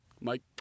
Mike